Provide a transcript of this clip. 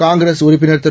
காங்கிரஸ்உறுப்பினர்திரு